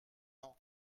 ans